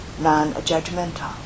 non-judgmental